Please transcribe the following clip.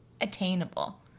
attainable